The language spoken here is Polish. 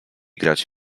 grać